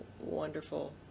wonderful